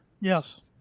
Yes